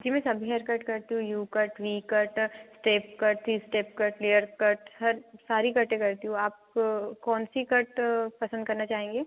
जी मैं सभी hair cut करती हूँ U cut V cut step cut three step cut layer cut हर सारी कटे करती हूँ आप कौन सी कट पसंद करना चाहेंगे